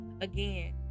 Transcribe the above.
again